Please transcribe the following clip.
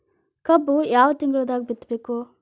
ಕಬ್ಬು ಯಾವ ತಿಂಗಳದಾಗ ಬಿತ್ತಬೇಕು?